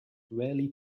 rarely